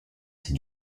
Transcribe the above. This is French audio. ses